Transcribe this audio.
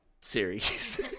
series